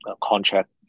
contract